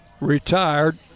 retired